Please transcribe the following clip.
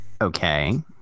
Okay